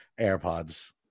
AirPods